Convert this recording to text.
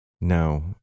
No